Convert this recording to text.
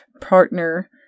partner